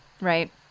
right